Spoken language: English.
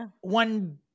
One